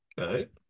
Okay